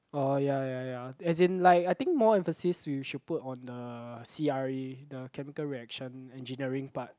orh ya ya ya as in like I think more emphasis you should put on the C_R_A the chemical reaction engineering part